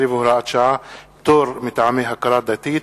והוראת שעה) (פטור מטעמי הכרה דתית),